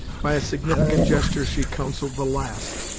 by a significant gesture she counselled the last,